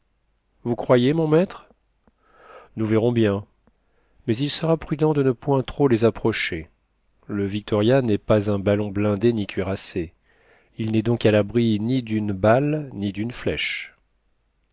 vous croyez mon maître nous verrons bien mais il sera prudent de ne point trop les approcher le victoria n'est pas un ballon blindé ni cuirassé il n'est donc à l'abri ni d'une balle ni d'une flèche